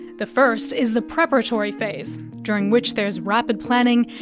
the first is the preparatory phase, during which there's rapid planning,